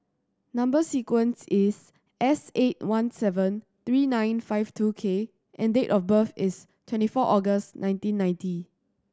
number sequence is S eight one seven three nine five two K and date of birth is twenty four August nineteen ninety